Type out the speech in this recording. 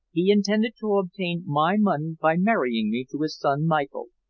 he intended to obtain my money by marrying me to his son michael,